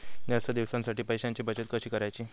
जास्त दिवसांसाठी पैशांची बचत कशी करायची?